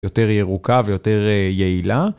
יותר ירוקה ויותר יעילה.